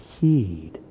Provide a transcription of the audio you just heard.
heed